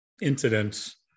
incidents